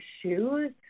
shoes